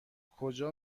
کجا